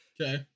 Okay